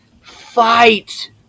Fight